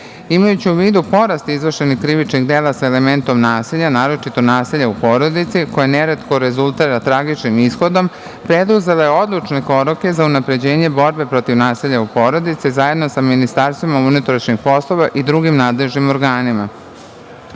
ljudima. Imajući u vidu porast izvršenih krivičnih dela sa elementom nasilja, naročito nasilja u porodici, koja neretko rezultira tragičnim ishodom, preduzela je odlučne korake za unapređenje borbe protiv nasilja u porodici, zajedno sa ministarstvima unutrašnjih poslova i drugim nadležnim organima.U